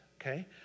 okay